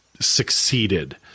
succeeded